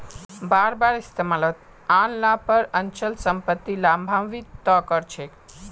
बार बार इस्तमालत आन ल पर अचल सम्पत्ति लाभान्वित त कर छेक